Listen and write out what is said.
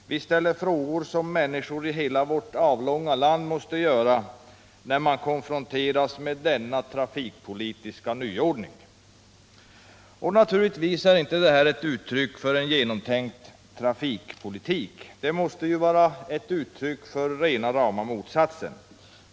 Vi ställer frågor som människor i hela vårt avlånga land måste ställa när de konfronteras med denna trafikpolitiska nyordning. Naturligtvis är detta inte ett uttryck för en genomtänkt trafikpolitik. Det måste vara ett uttryck för motsatsen.